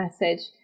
message